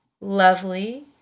lovely